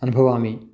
अनुभवामि